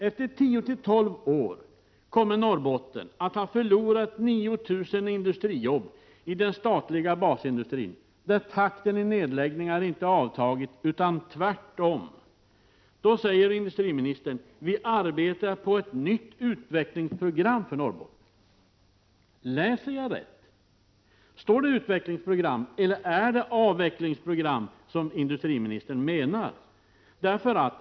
Efter tio till tolv år kommer Norrbotten att ha förlorat 9 000 industrijobb i den statliga basindustrin, där takten i nedläggningarna inte avtagit utan tvärtom. I det läget säger industriministern att man arbetar på ett nytt utvecklingsprogram för Norrbotten. Läser jag rätt? Står det utvecklingsprogram, eller är det avvecklingsprogram som industriministern menar?